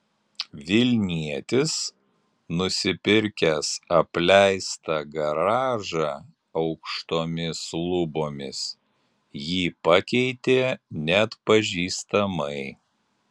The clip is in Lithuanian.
vilnietis nusipirkęs apleistą garažą aukštomis lubomis jį pakeitė neatpažįstamai